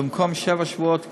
במקום שבעה שבועות כיום,